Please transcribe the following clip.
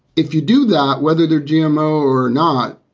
if you do that, whether they're gmo or not,